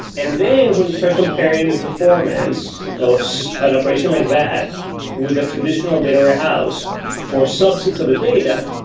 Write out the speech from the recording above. and then when you start comparing the performance of an operation like that with a traditional data warehouse for substance of a data,